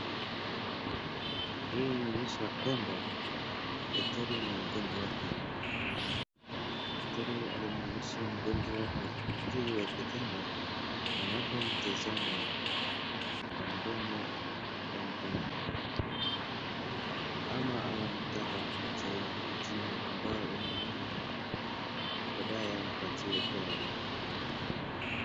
Hii inaonyesha kwamba, daktari na mgonjwa wake . Daktari alimlalisha mgonjwa wake juu ya kitanda anapomtazama, kwa mdomo wa mgonjwa, ama ametaka kumtoa jino ambayo inamuuma, na baadaye ampatie dawa.